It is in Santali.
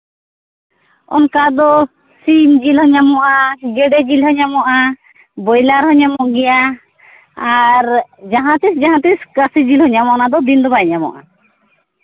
ᱚᱱᱠᱟ ᱫᱚ ᱥᱤᱢ ᱡᱤᱞ ᱦᱚᱸ ᱧᱟᱢᱚᱜᱼᱟ ᱜᱮᱰᱮ ᱡᱤᱞ ᱦᱚᱸ ᱧᱟᱢᱚᱜᱼᱟ ᱵᱚᱭᱞᱟᱨ ᱦᱚᱸ ᱧᱟᱢᱚᱜ ᱜᱮᱭᱟ ᱟᱨ ᱡᱟᱦᱟᱸ ᱛᱤᱥ ᱡᱟᱦᱟᱸ ᱛᱤᱥ ᱠᱟ ᱥᱤ ᱡᱤᱞ ᱦᱚᱸ ᱧᱟᱢᱚᱜᱼᱟ ᱚᱱᱟᱫᱚ ᱫᱤᱱ ᱫᱚ ᱵᱟᱭ ᱧᱟᱢᱚᱜᱼᱟ